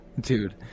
dude